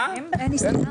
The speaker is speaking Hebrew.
מה עם החוק?